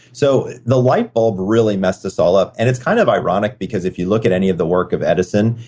so, the light bulb really messed us all up, and it's kind of ironic because if you look at any of the work of edison,